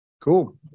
Cool